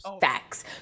Facts